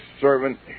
servant